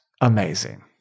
amazing